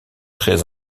très